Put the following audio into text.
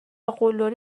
قلدری